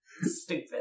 Stupid